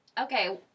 Okay